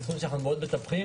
זהו תחום שאנחנו מאוד מטפחים,